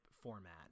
format